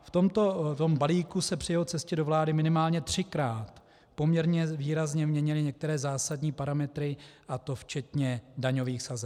V tomto balíku se při cestě do vlády minimálně třikrát poměrně výrazně měnily některé zásadní parametry, a to včetně daňových sazeb.